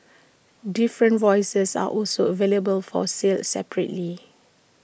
different voices are also available for sale separately